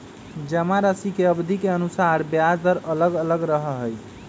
जमाराशि के अवधि के अनुसार ब्याज दर अलग अलग रहा हई